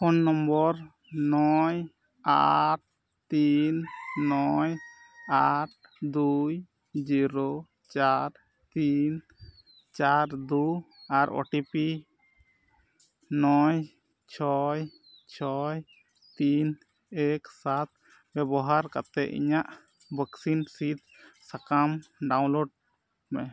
phone number ᱱᱚᱭ ᱟᱴ ᱛᱤᱱ ᱱᱚᱭ ᱟᱴ ᱫᱩᱭ ᱡᱤᱨᱳ ᱪᱟᱨ ᱛᱤᱱ ᱪᱟᱨ ᱫᱩ ᱟᱨ ᱳ ᱴᱤ ᱯᱤ ᱱᱚᱭ ᱪᱷᱚᱭ ᱪᱷᱚᱭ ᱛᱤᱱ ᱮᱠ ᱥᱟᱛ ᱵᱮᱵᱚᱦᱟᱨ ᱠᱟᱛᱮᱫ ᱤᱧᱟᱹᱜ ᱵᱷᱮᱠᱥᱤᱱ ᱥᱤᱫᱽ ᱥᱟᱠᱟᱢ ᱰᱟᱣᱩᱱᱞᱳᱰ ᱢᱮ